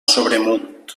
sobremunt